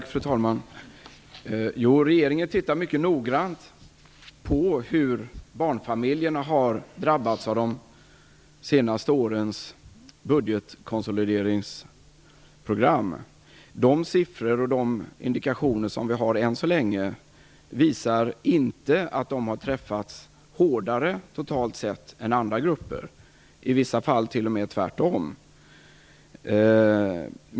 Fru talman! Regeringen följer mycket noggrant hur barnfamiljerna har drabbats av de senaste årens budgetkonsolideringsprogram. De siffror och indikationer som vi än så länge har visar inte att de totalt sett har träffats hårdare än andra grupper. I vissa fall är det t.o.m. tvärtom.